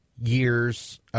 years—